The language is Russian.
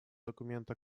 документа